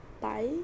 Bye